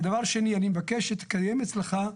ודבר שני, אני מבקש שתקיים אצלך,